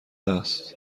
است